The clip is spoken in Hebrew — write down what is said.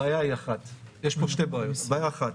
יש פה שתי בעיות: בעיה אחת,